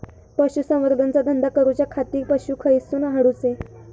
पशुसंवर्धन चा धंदा सुरू करूच्या खाती पशू खईसून हाडूचे?